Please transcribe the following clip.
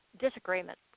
disagreement